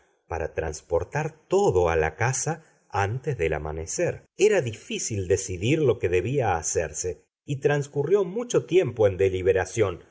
para transportar todo a la casa antes del amanecer era difícil decidir lo que debía hacerse y transcurrió mucho tiempo en deliberación